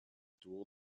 dual